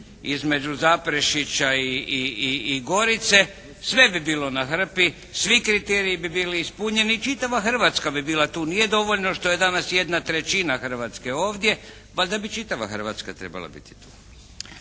između Zaprešića i Gorice, sve bi bilo na hrpi, svi kriteriji bi bili ispunjeni i čitava Hrvatska bi bila tu. Nije dovoljno što je danas jedna trećina Hrvatske ovdje, valjda bi čitava Hrvatska trebala biti tu.